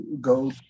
go